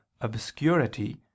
obscurity